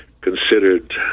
considered